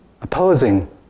opposing